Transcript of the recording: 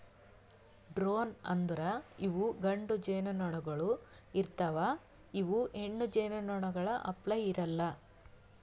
drone ಅಂದುರ್ ಇವು ಗಂಡು ಜೇನುನೊಣಗೊಳ್ ಇರ್ತಾವ್ ಇವು ಹೆಣ್ಣು ಜೇನುನೊಣಗೊಳ್ ಅಪ್ಲೇ ಇರಲ್ಲಾ